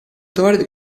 trovare